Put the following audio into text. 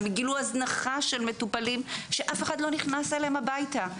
גילו הזנחה של מטופלים שאף אחד לא נכנס אליהם הביתה.